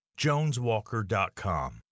JonesWalker.com